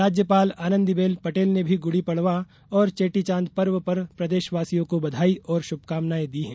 राज्यपाल आनंदीबेन पटेल ने भी गुड़ी पड़वा और चेटीचांद पर्व पर प्रदेशवासियों को बधाई और शुभकामनाएँ दी हैं